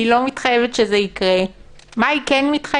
היא לא מתחייבת שזה ייקרה, למה היא כן מתחייבת?